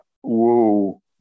whoa